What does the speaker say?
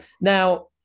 Now